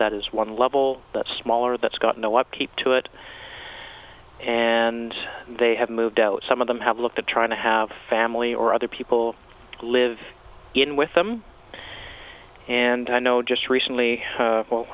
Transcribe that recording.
that is one level that's smaller that's got no upkeep to it and they have moved out some of them have looked at trying to have family or other people live in with them and i know just recently